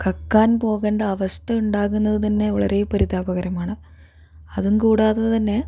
കക്കാൻ പോകേണ്ട അവസ്ഥ ഉണ്ടാകുന്നത് തന്നെ വളരെ പരിതാപകരമാണ് അതും കൂടാതെ തന്നെ